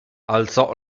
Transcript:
alzò